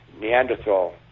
Neanderthal